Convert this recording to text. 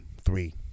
three